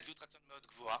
שביעות רצון מאוד גבוהה,